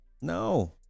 No